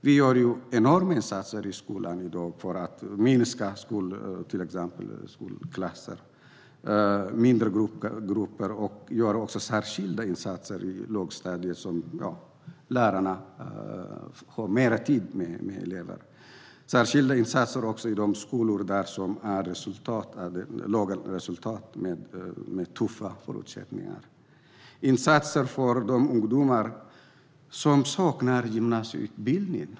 Vi gör enorma insatser i skolan i dag för att till exempel minska skolklasserna och få mindre grupper och också göra särskilda insatser på lågstadiet, så att lärarna får mer tid med eleverna. Det behövs också särskilda insatser i de skolor med tuffa förutsättningar som har dåliga resultat. Man måste göra insatser för de ungdomar som saknar gymnasieutbildning.